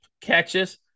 catches